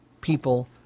people